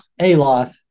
Aloth